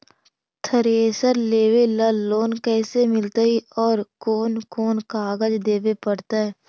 Thresher लेबे ल loan कैसे मिलतइ और कोन कोन कागज देबे पड़तै?